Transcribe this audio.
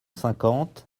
cinquante